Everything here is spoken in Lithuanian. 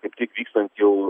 kaip tik vykstant jau